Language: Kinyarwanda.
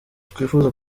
twifuza